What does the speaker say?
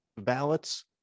ballots